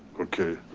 okay,